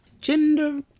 gender